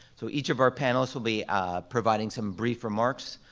so each of our panelists will be providing some brief remarks,